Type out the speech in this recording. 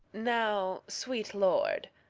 now, sweet lord,